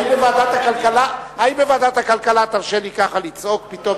האם בוועדת הכלכלה תרשה לי ככה לצעוק?